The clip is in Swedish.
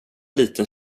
liten